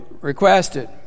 requested